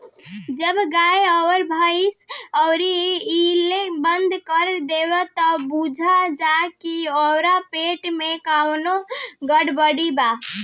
जब गाय अउर भइस कउरी कईल बंद कर देवे त बुझ जा की ओकरा पेट में कवनो गड़बड़ी बा